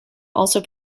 also